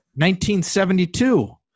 1972